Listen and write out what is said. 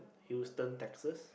Houston Texas